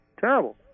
terrible